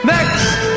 Next